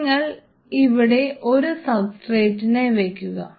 നിങ്ങൾ ഇവിടെ ഒരു സബ്സ്ട്രേറ്റിനെ വെക്കുക